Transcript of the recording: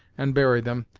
and bury them,